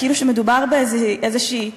כאילו שמדובר באיזושהי תורה,